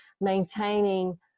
maintaining